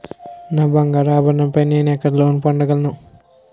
నా బంగారు ఆభరణాలపై నేను ఎక్కడ లోన్ పొందగలను?